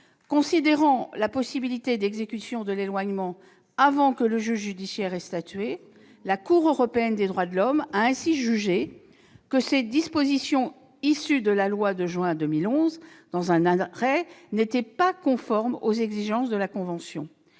Considérant la possibilité d'exécution de l'éloignement avant que le juge judiciaire ait statué, la Cour européenne des droits de l'homme a ainsi jugé que ces dispositions issues de la loi de juin 2011 n'étaient pas conformes aux exigences de la convention.